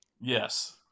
Yes